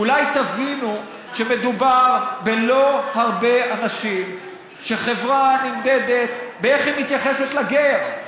אולי תבינו שלא מדובר בהרבה אנשים שחברה נמדדת איך היא מתייחסת לגר,